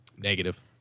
Negative